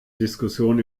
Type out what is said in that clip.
diskussion